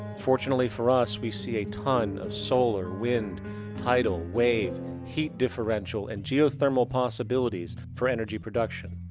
fortunately for us, we see a ton of solar wind tidal wave heat differential and geothermal possibilities for energy production.